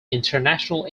international